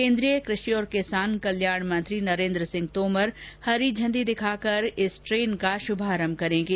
केंद्रीय कृषि और किसान कल्याण मंत्री नरेंद्र सिंह तोमर हरी झंडी दिखा कर इस ट्रेन का शुभारम करेंगे